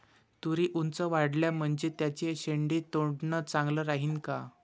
तुरी ऊंच वाढल्या म्हनजे त्याचे शेंडे तोडनं चांगलं राहीन का?